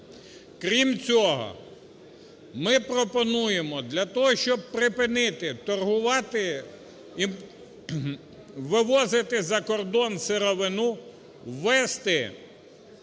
Крім цього, ми пропонуємо для того, щоб припинити торгувати, вивозити за кордон сировину, ввести